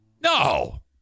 No